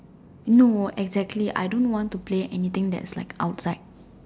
no exactly I don't want to play anything that's like outside